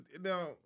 Now